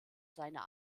seiner